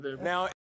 Now